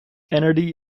entity